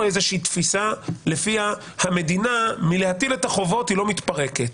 איזושהי תפיסה לפיה המדינה מלהטיל את החובות לא מתפרקת.